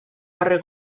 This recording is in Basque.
arre